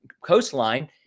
coastline